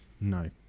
No